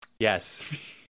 Yes